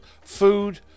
food